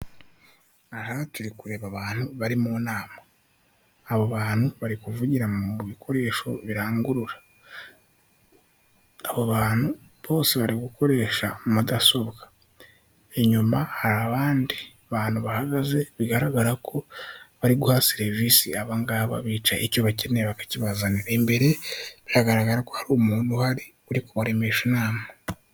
Aha turi kureba abantu bari mu nama, abo bantu bari kuvugira mu bikoresho birangurura, abo bantu bose bari gukoresha mudasobwa, inyuma hari abandi bantu bahagaze bigaragara ko bari guha serivisi abangaba bicaye icyo bakeneye bakakibazanira, imbere hagaragara ko hari umuntu uhari, uri kubaremesha inama.